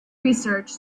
research